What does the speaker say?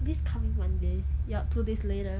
this coming monday yup two days later